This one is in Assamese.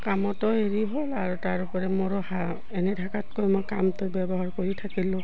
কামতো হেৰি হ'ল আৰু তাৰোপৰি মোৰো হা এনে থকাতকৈ মই কামটো ব্যৱহাৰ কৰি থাকিলোঁ